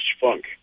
funk